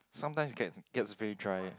sometimes get get very dry